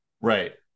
Right